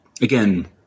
again